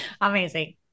Amazing